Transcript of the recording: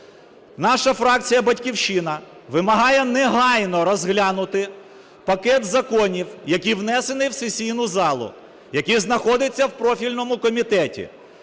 Наша фракція "Батьківщина" вимагає негайно розглянути пакет законів, які внесені в сесійну залу, які знаходяться в профільному комітеті,